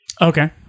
Okay